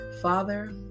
Father